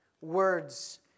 words